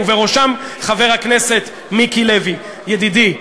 ובראשם חבר הכנסת מיקי לוי ידידי,